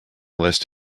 list